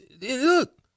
look